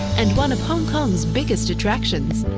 and one of hong kong's biggest attractions,